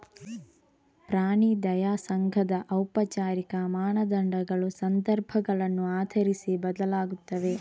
ಪ್ರಾಣಿ ದಯಾ ಸಂಘದ ಔಪಚಾರಿಕ ಮಾನದಂಡಗಳು ಸಂದರ್ಭಗಳನ್ನು ಆಧರಿಸಿ ಬದಲಾಗುತ್ತವೆ